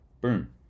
Boom